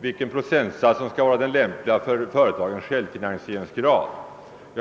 vilken procentsats som jag anser vara den lämpliga för företagens självfinansieringsgrad.